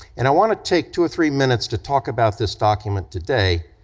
and i wanna take two or three minutes to talk about this document today,